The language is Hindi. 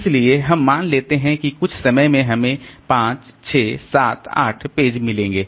इसलिए हम मान लेते हैं कि कुछ समय में हमें 5 6 7 8 पेज मिलेंगे